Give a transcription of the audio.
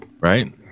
Right